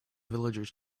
villagers